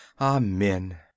Amen